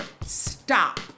Stop